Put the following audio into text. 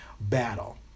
battle